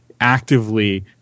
actively